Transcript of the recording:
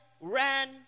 ran